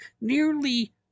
Nearly